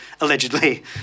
allegedly